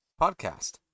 podcast